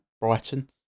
Brighton